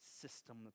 system